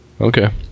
Okay